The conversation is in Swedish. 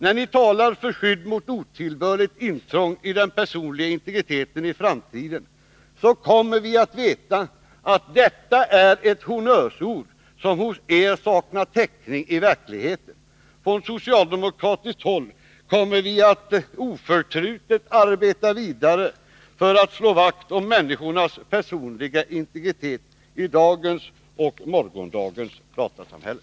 När ni i framtiden talar om skydd mot otillbörligt intrång i den personliga integriteten kommer vi att veta, att det är honnörsord som hos er saknar täckning i verkligheten. Från socialdemokratiskt håll kommer vi att oförtrutet arbeta vidare för att slå vakt om människornas personliga integritet i dagens och morgondagens datasamhälle.